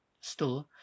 store